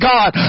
God